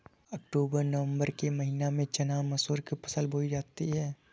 अक्टूबर नवम्बर के महीना में चना मसूर की फसल बोई जाती है?